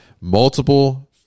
multiple